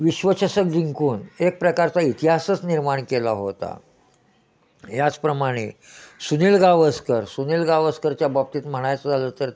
विश्वचषक जिंकून एक प्रकारचा इतिहासच निर्माण केला होता याचप्रमाणे सुनील गावस्कर सुनील गावस्करच्या बाबतीत म्हणायचं झालं तर